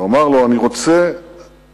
הוא אמר לו: אני רוצה לדעת